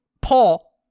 Paul